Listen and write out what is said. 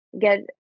get